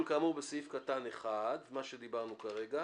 כאמור בסעיף (1)...." מה שדיברנו כרגע